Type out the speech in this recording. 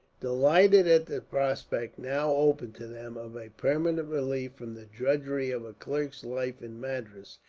delighted at the prospect, now open to them, of a permanent relief from the drudgery of a clerk's life in madras,